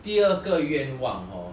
第二个愿望 hor